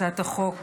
הצעת חוק